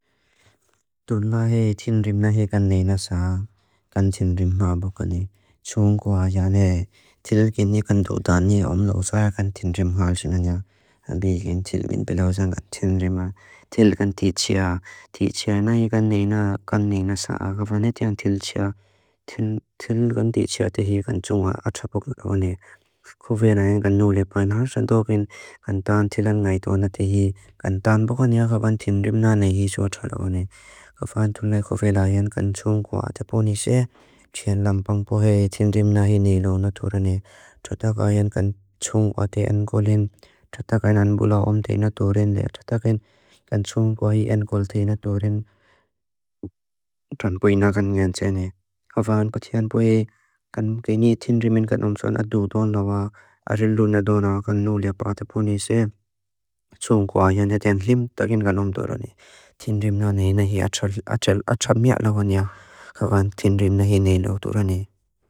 Dún la he tin rim na he gan neina saa, gan tin rim haa bukani. Tsun gua yaane tilkin ni kan dhutani om lo saa ya gan tin rim haa ar sinaniya. Habeekin tilkin bilao saa gan tin rim haa. Tilkan titia. Titia na he gan neina, gan neina saa agavane tian til tia. Tilkan titia tia he gan tsun haa achapuka agavane. Kufela yan gan nulepan haa san dhokin, gan tan tilan ngaitua na tia he, gan tan bukani haa haban tin rim na nehi saa achalavane. Kufaantun na kufela yan gan tsun gua atapu nise, tian lampang poha he tin rim na he neilo na turane. Tuta kua yan gan tsun kua tian gulin, tuta kua yan bulo om tina turin, lea tuta kua yan tsun kua tian gul tina turin, tan puina kan ngan tia ne. Haban kutiaan pua he, kan geni tin rimin kan om soan adu duan lawa, arelu na duan haa kan nulepan atapu nise, tsun kua yaane tian lim takin kan om turane. Tin rim na nehi na he achal, achal, achal miak lagun ya. Haban tin rim na he neilo turane.